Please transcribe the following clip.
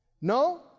No